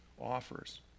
offers